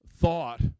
thought